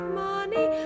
money